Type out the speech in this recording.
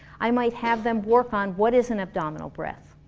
i might have them work on what is an abdominal breath?